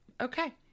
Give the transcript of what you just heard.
okay